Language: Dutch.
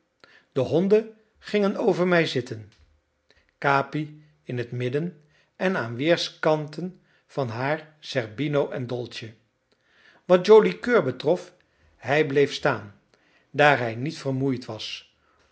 de honden gingen over mij zitten capi in het midden en aan weerskanten van haar zerbino en dolce wat joli coeur betrof hij bleef staan daar hij niet vermoeid was